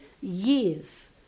years